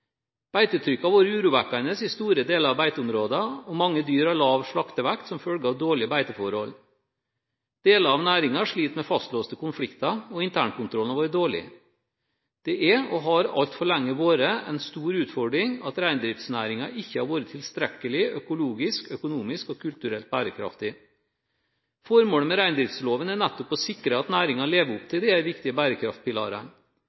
Beitetrykket har vært urovekkende i store deler av beiteområdene, og mange dyr har lav slaktevekt som følge av dårlige beiteforhold. Deler av næringen sliter med fastlåste konflikter, og internkontrollen har vært dårlig. Det er, og har alt for lenge vært, en stor utfordring at reindriftsnæringen ikke har vært tilstrekkelig økologisk, økonomisk og kulturelt bærekraftig. Formålet med reindriftsloven er nettopp å sikre at næringen lever opp